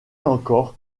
encore